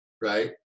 Right